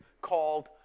called